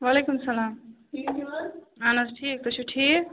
وعلیکُم سلام اہَن حظ ٹھیٖک تُہۍ چھُو ٹھیٖک